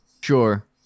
Sure